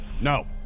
No